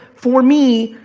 for me,